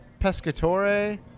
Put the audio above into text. Pescatore